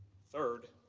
third,